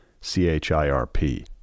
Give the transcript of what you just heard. C-H-I-R-P